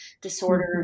disorders